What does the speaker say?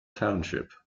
township